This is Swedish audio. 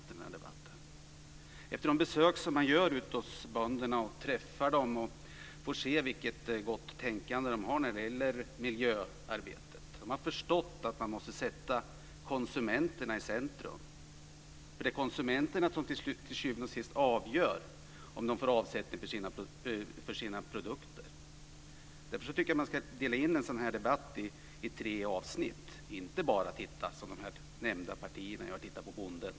Vid de besök som man gör ute hos bönderna får man se vilket gott tänkande de har när det gäller miljöarbetet. De har förstått att man måste sätta konsumenterna i centrum, eftersom det är konsumenterna som till syvende och sist avgör om bönderna får avsättning för sina produkter. Därför tycker jag att man ska dela in en sådan här debatt i tre avsnitt och inte bara, som de nämnda partierna gör, titta på bonden.